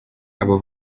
aba